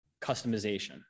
customization